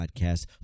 Podcast